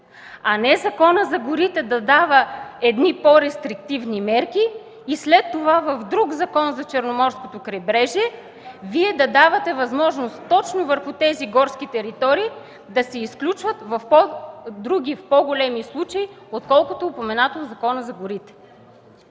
А не Законът за горите да дава по-рестриктивни мерки и след това в друг закон – за Черноморското крайбрежие, Вие да давате възможност точно върху тези горски територии да се изключват в други, по-големи случаи, отколкото е упоменато в Закона за горите.